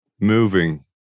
moving